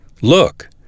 Look